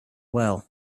well